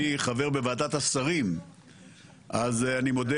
אני חבר בוועדת השרים אז אני מודה